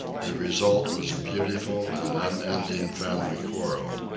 the result was a beautiful and unending family quarrel.